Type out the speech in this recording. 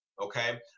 okay